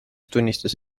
tunnistas